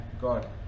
God